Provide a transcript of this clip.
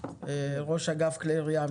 ראש אגף כלי ירייה,